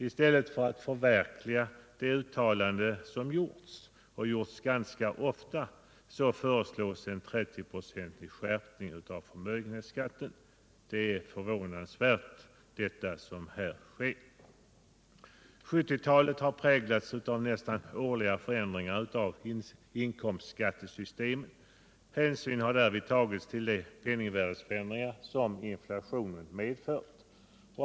I stället för att förverkliga det uttalande som gjorts, och gjorts ganska ofta, föreslår man en 30-procentig skärpning av förmögenhetsskatten. Det som här sker är förvånansvärt. 1970-talet har präglats av nästan årliga förändringar av inkomstskattesystemet. Hänsyn har därvid tagits till de penningvärdeförändringar som inflationen medför.